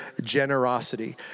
generosity